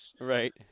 Right